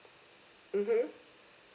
mmhmm